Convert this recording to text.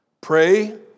Pray